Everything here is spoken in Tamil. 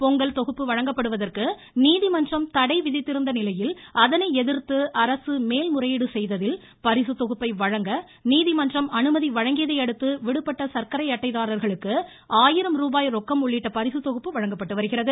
பொங்கல் தொகுப்பு வழங்கப்படுவதற்கு நீதிமன்றம் தடை விதித்திருந்த நிலையில் அதை எதிர்த்து அரசு மேல்முறையீடு செய்ததில் பரிசுத்தொகுப்பை வழங்க நீதிமன்றம் அனுமதி வழங்கியதை அடுத்து விடுபட்ட சர்க்கரை அட்டைதாரர்களுக்கு ஆயிரம் ரூபாய் ரொக்கம் உள்ளிட்ட பரிசுத்தொகுப்பு வழங்கப்பட்டு வருகிறது